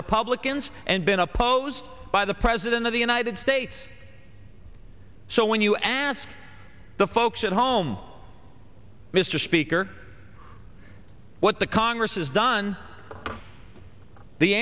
republicans and been opposed by the president of the united states so when you ask the folks at home mr speaker what the congress has done the